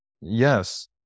Yes